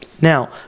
Now